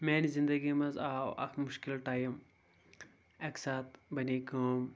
میٛانہِ زنٛدٕگی منٛز آو اَکھ مُشکل ٹایِم اَکہِ ساتہٕ بَنے کٲم